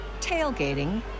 tailgating